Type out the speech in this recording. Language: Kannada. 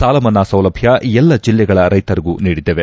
ಸಾಲಮನ್ನಾ ಸೌಲಭ್ಯ ಎಲ್ಲ ಜಲ್ಲೆಗಳ ರೈತರಿಗೂ ನೀಡಿದ್ದೇವೆ